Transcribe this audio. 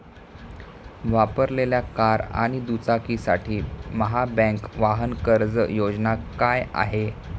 वापरलेल्या कार आणि दुचाकीसाठी महाबँक वाहन कर्ज योजना काय आहे?